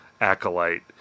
acolyte